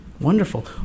wonderful